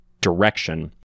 direction